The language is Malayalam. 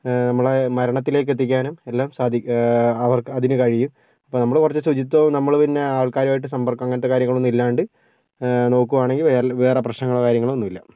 നമ്മളെ മരണത്തിലേക്ക് എത്തിക്കാനും എല്ലാം സാധിക് അവർ അതിന് കഴിയും അപ്പോൾ നമ്മള് കുറച്ച് ശിചിത്വവും നമ്മള് പിന്നെ ആൾക്കാരുവായിട്ട് സമ്പർക്കം അങ്ങനത്തെ കാര്യങ്ങളൊന്നും ഇല്ലാണ്ട് നോക്കുവാണെങ്കിൽ വേറെ വേറെ പ്രശ്നങ്ങളോ കാര്യങ്ങളൊന്നും ഇല്ല